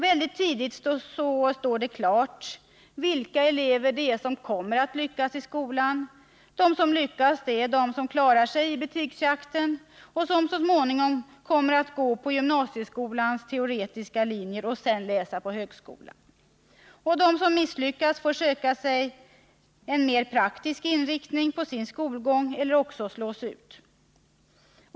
Väldigt tidigt står det klart vilka elever som kommer att lyckas i skolan. De som lyckas är de som klarar sig i betygsjakten och som så småningom kommer att gå på gymnasieskolans teoretiska linjer och sedan läsa på högskolan. De som misslyckas får söka en mer praktisk inriktning på sin skolgång eller slås ut.